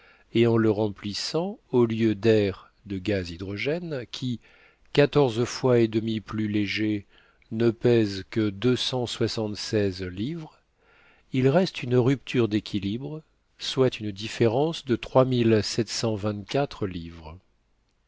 et en le remplissant au lieu d'air de gaz hydrogène qui quatorze fois et demie plus léger ne pèse que deux cent soixante seize livres il reste une rupture d'équilibre soit une différence de